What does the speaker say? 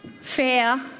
fair